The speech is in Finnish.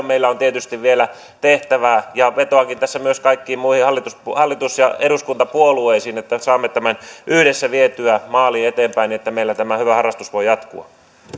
meillä on tietysti vielä tehtävää ja vetoankin tässä myös kaikkiin muihin hallitus ja eduskuntapuolueisiin että saamme tämän yhdessä vietyä maaliin eteenpäin että meillä tämä hyvä harrastus voi jatkua